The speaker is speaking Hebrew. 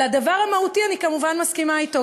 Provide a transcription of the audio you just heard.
על הדבר המהותי אני כמובן מסכימה אתו,